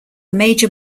major